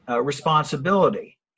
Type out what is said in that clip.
responsibility